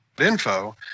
Info